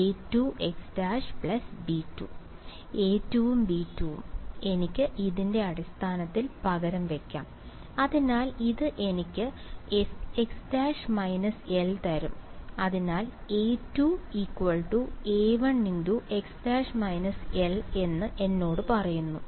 A2x′ B2 A2 ഉം B2 ഉം എനിക്ക് ഇതിന്റെ അടിസ്ഥാനത്തിൽ പകരം വയ്ക്കാം അതിനാൽ ഇത് എനിക്ക് x′ − l തരും അതിനാൽ A2 A1x′ − l എന്ന് എന്നോട് പറയുന്നു